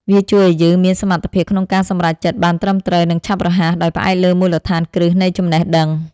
វាជួយឱ្យយើងមានសមត្ថភាពក្នុងការសម្រេចចិត្តបានត្រឹមត្រូវ និងឆាប់រហ័ស ដោយផ្អែកលើមូលដ្ឋានគ្រឹះនៃចំណេះដឹង។